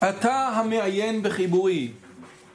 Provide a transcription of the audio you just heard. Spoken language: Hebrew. אתה המעיין בחיבורי